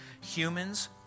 Humans